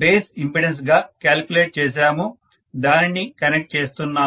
base impedance గా calculate చేశామో దానిని కనెక్ట్ చేస్తున్నాను